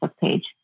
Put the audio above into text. page